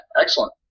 excellent